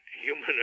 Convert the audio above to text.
human